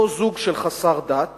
אותו זוג חסר דת